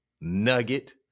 nugget